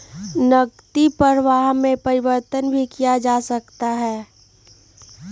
नकदी प्रवाह में परिवर्तन भी किया जा सकता है